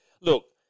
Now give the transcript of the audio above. Look